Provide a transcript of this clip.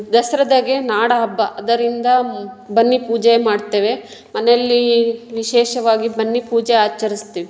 ದಸರಾದಾಗೆ ನಾಡ ಹಬ್ಬ ಅದರಿಂದ ಮ್ ಬನ್ನಿ ಪೂಜೆ ಮಾಡ್ತೇವೆ ಮನೆಯಲ್ಲೀ ವಿಶೇಷವಾಗಿ ಬನ್ನಿ ಪೂಜೆ ಆಚರಿಸ್ತೀವಿ